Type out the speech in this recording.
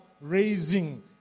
raising